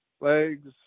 Legs